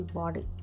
body